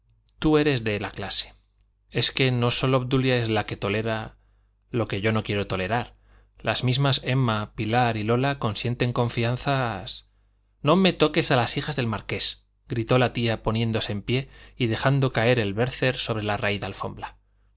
tú eres de la clase es que no sólo obdulia es la que tolera lo que yo no quiero tolerar las mismas emma pilar y lola consienten confianzas no me toques a las hijas del marqués gritó la tía poniéndose en pie y dejando caer el werther sobre la raída alfombra